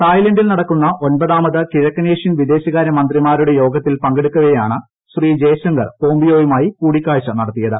തായ്ലന്റിൽ നടക്കുന്ന ഒൻപതാമത് കിഴക്കനേഷ്യൻ വിദേശകാര്യമന്ത്രിമാരുടെ യോഗത്തിൽ പങ്കെടുക്കവെയാണ് ശ്രീ ജയശങ്കർ പോംപിയോയുമായി കൂടിക്കാഴ്ച നടത്തിയത്